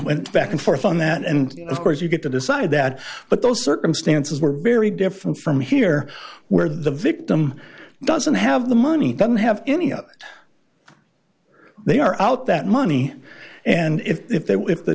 went back and forth on that and of course you get to decide that but those circumstances were very different from here where the victim doesn't have the money doesn't have any other they are out that money and if they were if the